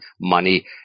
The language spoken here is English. money